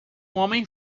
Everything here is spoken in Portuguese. homem